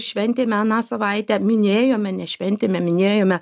šventėme aną savaitę minėjome ne šventėme minėjome